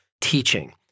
teaching